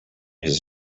his